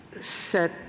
set